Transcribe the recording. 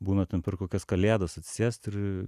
būna ten per kokias kalėdas atsisėst ir